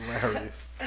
hilarious